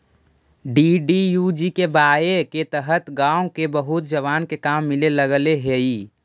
DDUGKY के तहत गाँव के बहुत जवान के काम मिले लगले हई